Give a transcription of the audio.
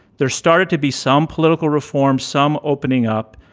there started to be some political reforms, some opening up.